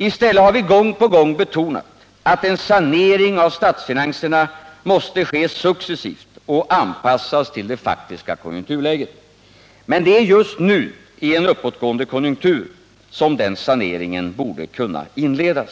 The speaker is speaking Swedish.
I stället har vi gång på gång betonat att en sanering av statsfinanserna måste ske successivt och anpassas till det faktiska konjunkturläget. Men det är just nu, i en uppåtgående konjunktur, som den saneringen borde kunna inledas.